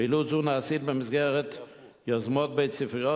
פעילות זו נעשית במסגרת יוזמות בית-ספריות